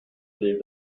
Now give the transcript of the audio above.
leave